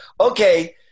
Okay